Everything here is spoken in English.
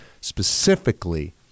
specifically